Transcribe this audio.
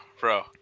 bro